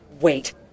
Wait